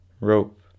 Rope